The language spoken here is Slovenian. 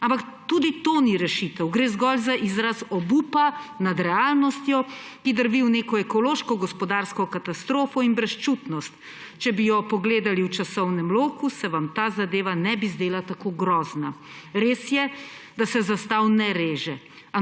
Ampak tudi to ni rešitev. Gre zgolj za izraz obupa nad realnostjo, ki drvi v neko ekološko gospodarsko katastrofo in brezčutnost. Če bi jo pogledali v časovnem loku, se vam ta zadeva ne bi zdela tako grozna. Res je, da se zastav ne reže,